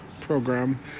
program